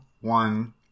one